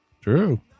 True